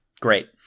Great